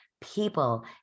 people